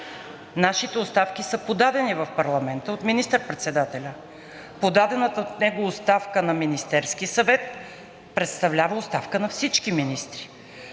Нашите оставки са подадени в парламента от министър-председателя. Подадената от него оставка на Министерския съвет представлява оставка на всички министри.